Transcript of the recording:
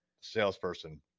salesperson